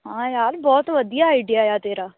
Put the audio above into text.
ਹਾਂ ਯਾਰ ਬਹੁਤ ਵਧੀਆ ਆਈਡੀਆ ਆ ਤੇਰਾ